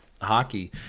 hockey –